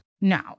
No